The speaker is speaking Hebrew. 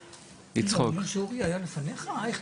אורי היה לפניך, אייכלר?